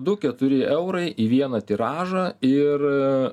du keturi eurai į vieną tiražą ir